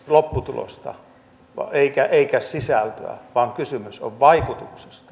lopputulosta eikä sisältöä vaan kysymys on vaikutuksesta